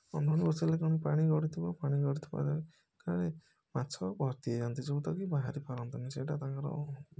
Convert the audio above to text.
ଅନ୍ଧୁଣି ବସେଇଲେ କ'ଣ ପାଣି ଗଡ଼ୁଥିବ ପାଣି ଗଡ଼ୁଥିବା ଦରକାର ମାଛ ଭର୍ତ୍ତି ହେଇଯାଆନ୍ତି ଯେଉଁଟା କି ବାହାରି ପାରନ୍ତିନି ସେଇଟା ତାଙ୍କର